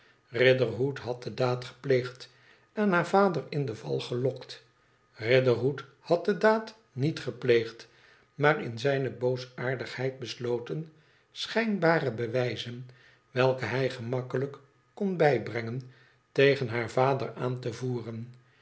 riderhood nad de daad gepleegd en haar vader in de val gelokt riderhood had de daad niet gepleegd maar in zijne boosaardigheid besloten schijnbare bewijzen welke hij gemakkelijk kon bijbrengen tegen haar vader aan te voeren